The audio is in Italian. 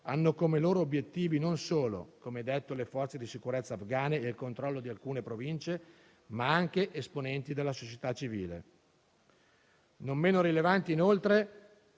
hanno come loro obiettivi non solo, come detto, le forze di sicurezza afgane e il controllo di alcune province, ma anche esponenti della società civile. Non meno rilevante, inoltre,